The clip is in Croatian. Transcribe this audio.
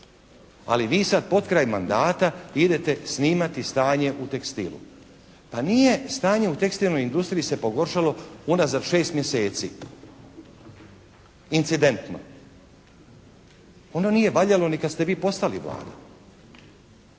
Ali vi sad potkraj mandata idete snimati stanje u tekstilu. Pa nije stanje u tekstilnoj industriji se pogoršalo unazad 6 mjeseci. Incidentno. Ono nije valjalo ni kad ste vi postali Vlada.